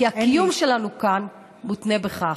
כי הקיום שלנו כאן מותנה בכך.